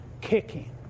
kicking